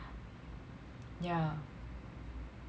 yeah